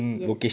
yes